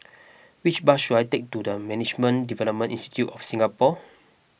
which bus should I take to the Management Development Institute of Singapore